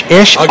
ish